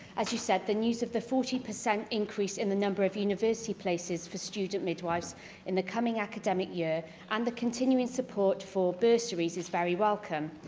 as you said, the news of the forty per cent increase in the number of university places for student midwives in the coming academic year and the continuing support for bursaries is very welcome.